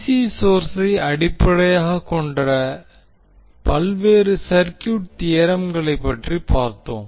C சோர்சை அடிப்படையாக கொண்ட பல்வேறு சர்க்யூட் தியோரம்களை பற்றி பார்த்தோம்